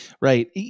Right